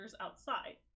outside